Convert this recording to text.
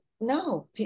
no